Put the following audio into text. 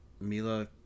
Mila